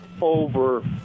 over